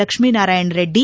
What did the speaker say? Lakshminarayana Reddy